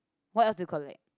what else do you collect